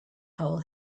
hole